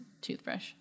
toothbrush